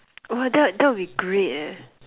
oh that that will be great leh